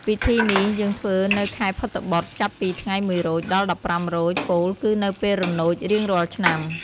ពិធីនេះយើងធ្វើនៅខែភទ្របទ ចាប់ពីថ្ងៃ១រោច ដល់១៥រោច ពោលគឺនៅពេលរនោច រៀងរាល់ឆ្នាំ។